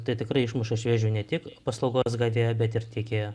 tai tikrai išmuša iš vėžių ne tik paslaugos gavėją bet ir teikėją